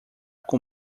com